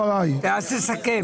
פרק כ' (רשויות מקומיות),